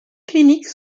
cliniques